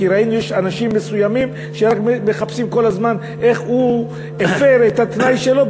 כי ראינו שיש אנשים שרק מחפשים כל הזמן איך הוא הפר את התנאי שלו,